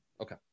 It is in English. Okay